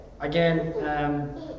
Again